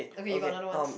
okay you got another one